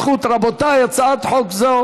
רבותיי, בהצעת חוק זו